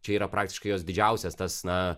čia yra praktiškai jos didžiausias tas na